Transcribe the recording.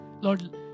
Lord